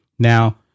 Now